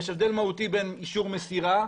יש הבדל מהותי בין אישור מסירה,